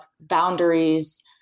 boundaries